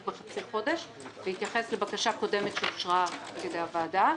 בחצי חודש בהתייחס לבקשה קודמת שאושרה על ידי הוועדה,